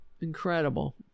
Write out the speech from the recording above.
Incredible